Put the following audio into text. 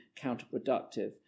counterproductive